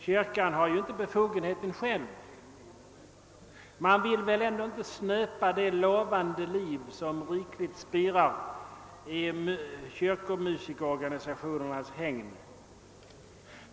Kyrkan har ju själv inte befogenheter att göra det. Man vill väl ändå inte snöpa det lovande liv som spirar i kyrkomusikerorganisationernas hägn?